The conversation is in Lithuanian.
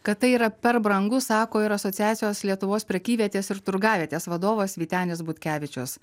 kad tai yra per brangu sako ir asociacijos lietuvos prekyvietės ir turgavietės vadovas vytenis butkevičius